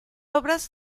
obras